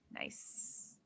nice